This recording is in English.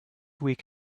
week